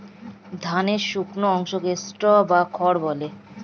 ধানের শুকনো অংশকে স্ট্র বা খড় বলে